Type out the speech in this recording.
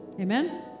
Amen